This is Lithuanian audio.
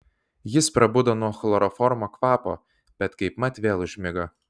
jis prabudo nuo chloroformo kvapo bet kaipmat vėl užmigo